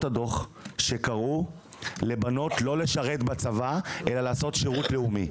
הדוח קראו לבנות לא לשרת בצבא אלא לעשות שירות לאומי.